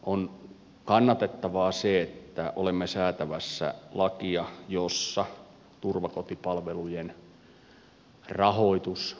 on kannatettavaa se että olemme säätämässä lakia jossa turvakotipalvelujen rahoitus siirretään valtiolle